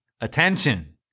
attention